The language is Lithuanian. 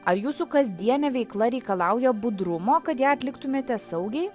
ar jūsų kasdienė veikla reikalauja budrumo kad ją atliktumėte saugiai